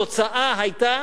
התוצאה היתה